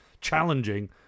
challenging